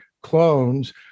clones